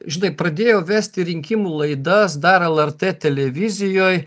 žinai pradėjau vesti rinkimų laidas dar lrt televizijoj